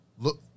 Look